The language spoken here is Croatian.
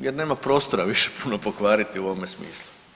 jer nema prostora puno pokvariti u ovome smislu.